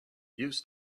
used